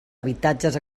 habitatges